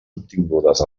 obtingudes